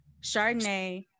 Chardonnay